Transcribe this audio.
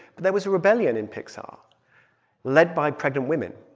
but there was a rebellion in pixar led by pregnant women